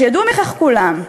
שידעו מכך כולם.